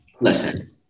listen